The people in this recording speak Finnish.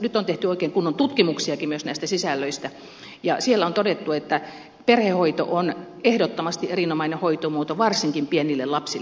nyt on tehty oikein kunnon tutkimuksiakin myös näistä sisällöistä ja niissä on todettu että perhehoito on ehdottomasti erinomainen hoitomuoto varsinkin pienille lapsille